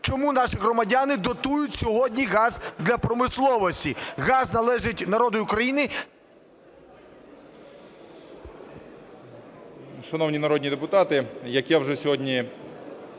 Чому наші громадяни дотують сьогодні газ для промисловості? Газ належить народу України... 11:05:49 ШМИГАЛЬ Д.А. Шановні народні депутати, як я вже сьогодні